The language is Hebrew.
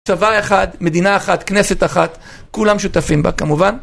צבא אחד, מדינה אחת, כנסת אחת, כולם שותפים בה כמובן.